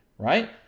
right?